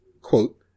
quote